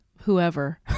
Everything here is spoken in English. whoever